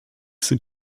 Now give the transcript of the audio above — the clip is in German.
sind